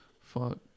Fuck